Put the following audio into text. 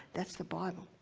that's the bible.